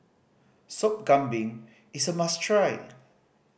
Sop Kambing is a must try